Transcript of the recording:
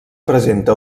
presenta